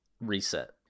reset